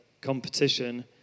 competition